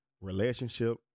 relationship